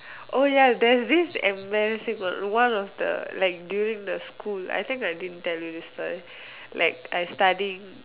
oh ya there's this embarrassing one one of the like during the school I think I didn't tell you this story like I studying